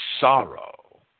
sorrow